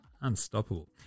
Unstoppable